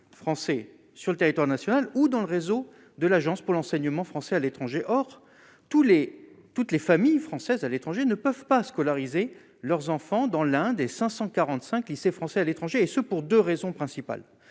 français sur le territoire national ou dans le réseau de l'Agence pour l'enseignement français à l'étranger, or tous les toutes les familles françaises à l'étranger ne peuvent pas scolariser leurs enfants dans l'un des 545 lycées français à l'étranger, et ce pour 2 raisons principales,